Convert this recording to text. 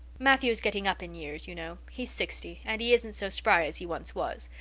matthew is getting up in years, you know he's sixty and he isn't so spry as he once was.